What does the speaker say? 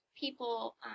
people